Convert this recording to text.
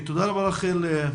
תודה רבה, רחל.